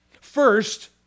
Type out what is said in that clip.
First